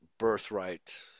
birthright